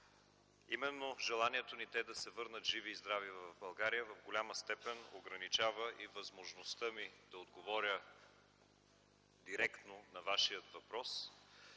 Именно желанието ни те да се върнат живи и здрави в България в голяма степен ограничава и възможността ми да отговоря директно на Вашия въпрос,